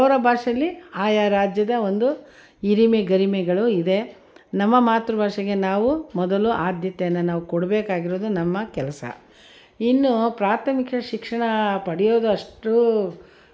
ಆಮೇಲೆ ಇನ್ನೂ ಅವ್ರ ಅವ್ರ ಭಾಷೆಲಿ ಆಯಾ ರಾಜ್ಯದ ಒಂದು ಹಿರಿಮೆ ಗರಿಮೆಗಳು ಇದೆ ನಮ್ಮ ಮಾತೃ ಭಾಷೆಗೆ ನಾವು ಮೊದಲು ಆದ್ಯತೆಯನ್ನು ನಾವು ಕೊಡ್ಬೇಕಾಗಿರೋದು ನಮ್ಮ ಕೆಲಸ ಇನ್ನೂ ಪ್ರಾಥಮಿಕ ಶಿಕ್ಷಣ ಪಡೆಯೋದು ಅಷ್ಟು